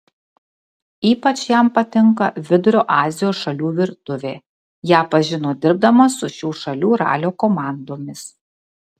ypač jam patinka vidurio azijos šalių virtuvė ją pažino dirbdamas su šių šalių ralio komandomis